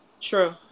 True